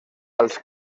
als